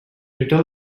rita